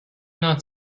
not